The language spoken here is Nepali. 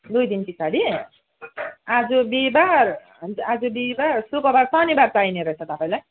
दुई दिन पछाडि आज बिहिवार आज बिहिवार शुक्रवार शनिवार चाहिने रहेछ तपाईँलाई